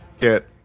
get